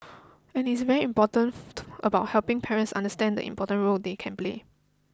and is very important about helping parents understand the important role they can play